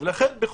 לכן,